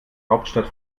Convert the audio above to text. hauptstadt